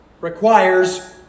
requires